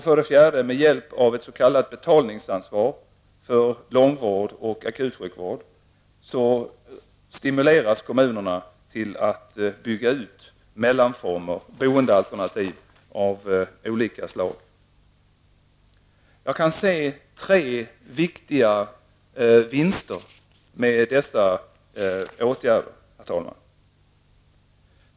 För det fjärde stimuleras kommunerna till att bygga ut olika slag av boendealternativ med hjälp av s.k. Jag kan se tre viktiga vinster med dessa åtgärder, herr talman.